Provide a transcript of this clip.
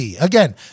Again